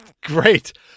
Great